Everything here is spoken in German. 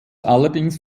allerdings